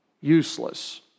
useless